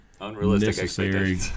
unrealistic